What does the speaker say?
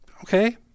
okay